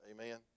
Amen